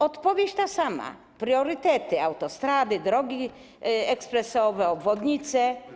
Odpowiedź jest ta sama: priorytety, autostrady, drogi ekspresowe, obwodnice.